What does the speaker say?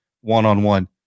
one-on-one